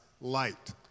light